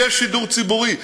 יהיה שידור ציבורי.